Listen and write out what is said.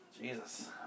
Jesus